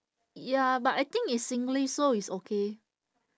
ya but I think it's singlish so it's okay